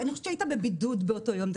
אני חושבת שהיית בבידוד באותו יום.